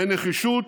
אין נחישות,